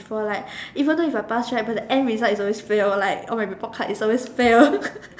like even though it's a pass right but the end result is always fail like all my report card is always fail